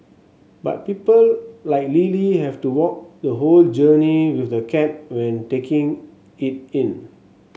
but people like Lily have to walk the whole journey with the cat when taking it in